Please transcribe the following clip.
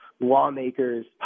lawmakers